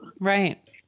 Right